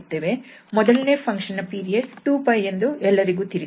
ಮೊದಲನೇ ಫಂಕ್ಷನ್ ನ ಪೀರಿಯಡ್ 2𝜋 ಎಂದು ಎಲ್ಲರಿಗೂ ತಿಳಿದಿದೆ